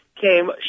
came